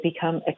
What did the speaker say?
become